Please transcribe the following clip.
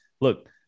look